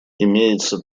имеется